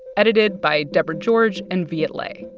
edited by deborah george and viet le.